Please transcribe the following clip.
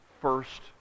first